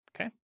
Okay